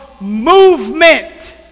movement